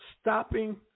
stopping